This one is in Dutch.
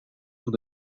van